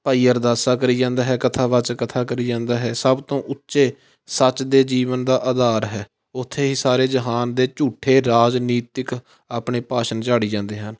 ਭਾਈ ਅਰਦਾਸਾਂ ਕਰੀ ਜਾਂਦਾ ਹੈ ਕਥਾ ਵਾਚਕ ਕਥਾ ਕਰੀ ਜਾਂਦਾ ਹੈ ਸਭ ਤੋਂ ਉੱਚੇ ਸੱਚ ਦੇ ਜੀਵਨ ਦਾ ਆਧਾਰ ਹੈ ਉੱਥੇ ਹੀ ਸਾਰੇ ਜਹਾਨ ਦੇ ਝੂਠੇ ਰਾਜਨੀਤਿਕ ਆਪਣੇ ਭਾਸ਼ਣ ਝਾੜੀ ਜਾਂਦੇ ਹਨ